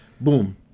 boom